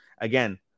Again